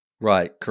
Right